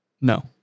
No